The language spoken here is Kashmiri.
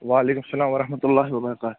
وعلیکُم سَلام ورحمتُہ اللہِ وَبَرکاتہُ